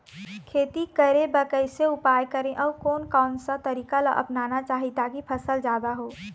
खेती करें बर कैसे उपाय करें अउ कोन कौन सा तरीका ला अपनाना चाही ताकि फसल जादा हो?